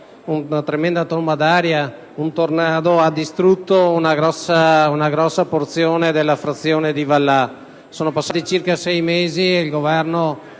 una tremenda tromba d'aria, quasi un tornado, ha distrutto una grossa porzione della frazione di Vallà. Sono passati circa sei mesi ed il Governo